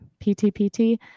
PTPT